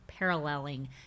paralleling